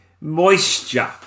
moisture